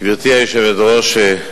גברתי היושבת-ראש,